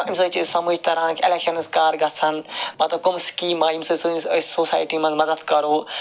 یمہ سۭتۍ چھ سمجھ تران کہ ایٚلیٚکشَنز کر گَژھَن مَطلَب کم سکیٖمہ آیہِ سٲنِس أسۍ سوسایٹی مَنٛز مدد کرو